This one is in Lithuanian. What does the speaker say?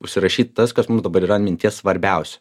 užsirašyt tas kas mum dabar yra ant minties svarbiausio